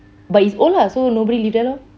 but it's old ah so nobody live there lor